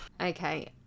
Okay